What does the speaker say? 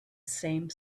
same